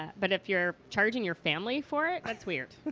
ah but if you're charging your family for it, that's weird